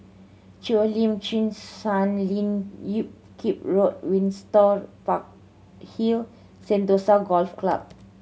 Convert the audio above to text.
Cheo Lim Chin Sun Lian Hup Keng Temple Windsor Park Hill Sentosa Golf Club